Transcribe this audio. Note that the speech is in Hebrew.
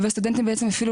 והסטודנטים אפילו